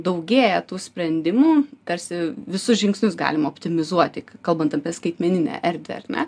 daugėja tų sprendimų tarsi visus žingsnius galima optimizuoti kalbant apie skaitmeninę erdvę ar ne